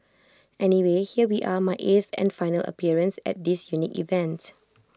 anyway here we are my eighth and final appearance at this unique event